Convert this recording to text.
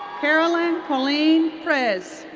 carolyn colleen presz.